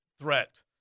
threat